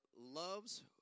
loves